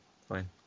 fine